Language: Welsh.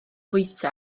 fwyta